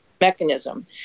mechanism